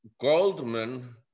Goldman